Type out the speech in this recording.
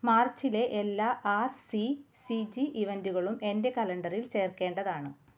മാർച്ചിലെ എല്ലാ R C C G ഇവൻറ്റുകളും എന്റെ കലണ്ടറിൽ ചേർക്കേണ്ടതാണ്